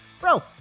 bro